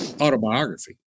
autobiography